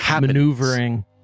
maneuvering